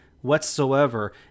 whatsoever